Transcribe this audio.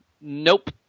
Nope